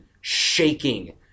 shaking